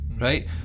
right